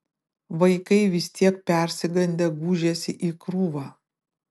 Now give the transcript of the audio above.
vaikai vis tiek persigandę gūžėsi į krūvą